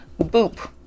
Boop